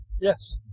Yes